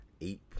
eight